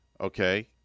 Okay